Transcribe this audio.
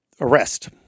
arrest